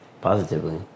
positively